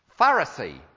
Pharisee